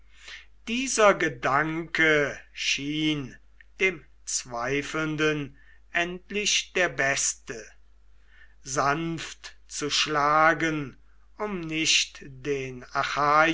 dieser gedanke schien dem zweifelnden endlich der beste sanft zu schlagen um nicht den